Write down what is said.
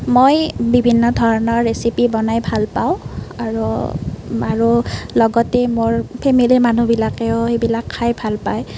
মই বিভিন্ন ধৰণৰ ৰেচিপি বনাই ভাল পাওঁ আৰু আৰু লগতে মোৰ ফেমেলী মানুহবিলাকেও সেইবিলাক খাই ভাল পায়